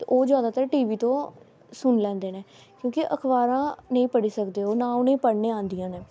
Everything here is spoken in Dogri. ते ओह् जादातर टी वी तों सुनी लैंदे न क्योंकि अखबारां नेईं पढ़ी सकदे ओह् ना उ'नें ई पढ़ना आंदियां न